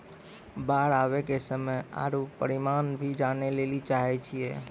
बाढ़ आवे के समय आरु परिमाण भी जाने लेली चाहेय छैय?